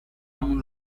مون